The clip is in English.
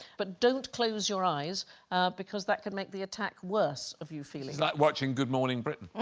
but don't close your eyes. ah because that could make the attack worse of you feeling like watching good morning britain